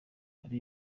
ari